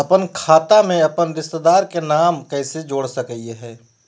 अपन खाता में अपन रिश्तेदार के नाम कैसे जोड़ा सकिए हई?